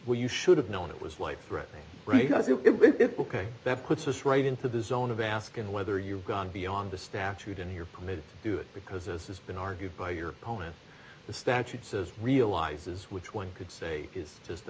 well you should have known it was life threatening ok that puts us right into the zone of asking whether you've gone beyond the statute and here committed to do it because this has been argued by your opponent the statute says realizes which one could say is just a